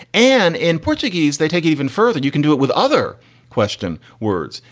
and in portuguese they take even further. you can do it with other question, words.